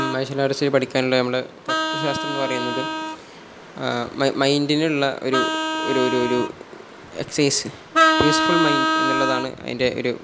martial arts പഠിക്കാനുള്ള നമ്മുടെ തത്ത്വ ശാസ്ത്രം എന്നു പറയുന്നത് മൈ മൈൻഡിനുള്ള ഒരു ഒരു ഒരു എക്സസൈസ് പീസ്ഫുൾ മൈൻഡ് എന്നുള്ളതാണ് അതിൻ്റെ ഒരു